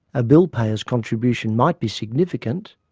a bill payer's contribution might be significant,